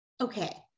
okay